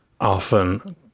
often